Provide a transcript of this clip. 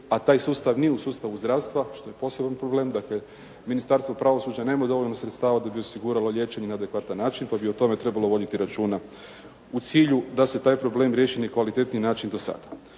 a taj sustav nije u sustavu zdravstva što je poseban problem, dakle Ministarstvo pravosuđa nema dovoljno sredstava da bi osiguralo liječenje na adekvatan način, pa bi o tome trebalo voditi računa u cilju da se taj problem riješi na kvalitetniji način do sada.